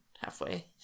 halfway